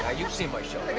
ah you've seen my show.